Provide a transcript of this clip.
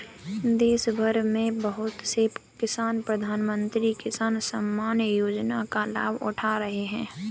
देशभर में बहुत से किसान प्रधानमंत्री किसान सम्मान योजना का लाभ उठा रहे हैं